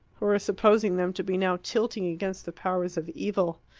who were supposing them to be now tilting against the powers of evil.